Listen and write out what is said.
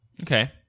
Okay